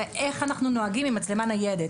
איך אנחנו נוהגים עם מצלמה ניידת.